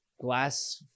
glass